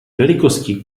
velikosti